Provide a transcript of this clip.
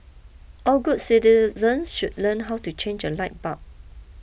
all good citizens should learn how to change a light bulb